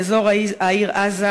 מאזור העיר עזה,